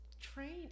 trained